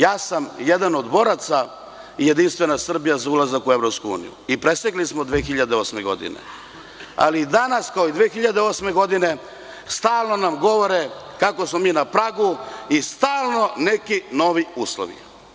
Jedan sam od boraca i Jedinstvena Srbija za ulazak u EU i prestigli smo 2008. godine, ali i danas kao i 2008. godine, stalno nam govore kako smo mi na pragu i stalno neki novi uslovi.